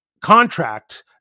contract